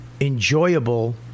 Enjoyable